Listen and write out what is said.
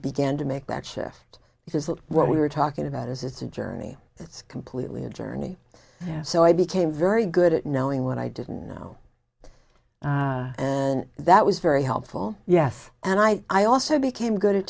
began to make that shift is that what we were talking about is it's a journey it's completely a journey so i became very good at knowing what i didn't know and that was very helpful yes and i i also became good at